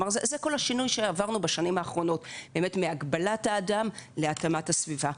זה כל השינוי שעברנו בשנים האחרונות מהגבלת האדם להתאמת הסביבה.